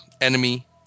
enemy